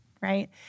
right